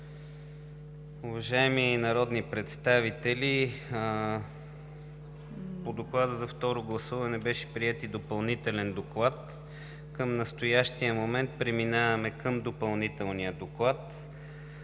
Уважаеми народни представители, по Доклада за второ гласуване беше приет и Допълнителен доклад. Към настоящия момент преминаваме към Допълнителния доклад.